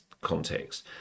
context